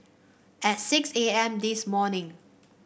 at six A M this morning